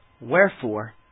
Wherefore